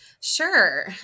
Sure